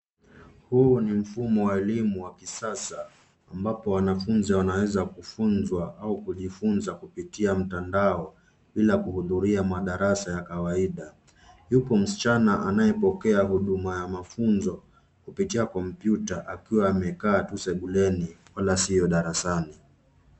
Huu ni mfumo wa elimu wa kisasa ambapo wanafunzi wanaweza kujifunza au kufunzwa kupitia mtandao bila kuhudhuria madarasa ya kawaida. Yuko msichana anayepokea huduma ya mafunzo kupitia kompyuta akiwa amekaa tu sebuleni wala sil darasani.